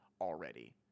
already